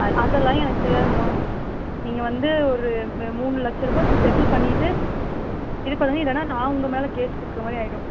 அ அதெல்லாம் எனக்கு தெரியாதுங்கம்மா நீங்கள் வந்து ஒரு மூணு லட்சம் ரூபாய் இப்போ செட்டில் பண்ணிவிட்டு இது பண்ணுங்க இல்லைனா நான் உங்கள் மேலே கேஸ் கொடுக்குற மாதிரி ஆகிடும்